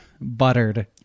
buttered